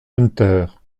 hunter